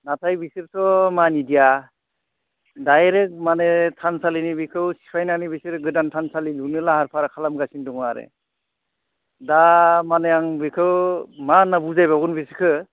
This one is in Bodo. नाथाय बिसोरथ' मानिदिया डायरेक्ट माने थानसालिनि बेखौ सिफायनानै बिसोरो गोदान थानसालि लुनो लाहार फाहार खालामगासिनो दङ आरो दा माने आं बेखौ मा होनना बुजायबावगोन बिसोरखौ